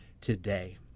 today